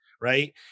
Right